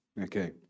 Okay